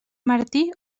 martí